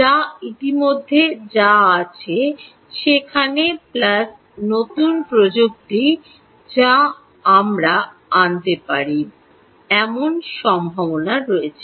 যা ইতিমধ্যে যা আছে সেখানে প্লাস নতুন প্রযুক্তি যা আমরা আনতে পারি এমন সম্ভাবনা রয়েছে